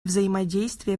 взаимодействие